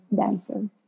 dancer